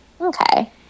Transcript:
Okay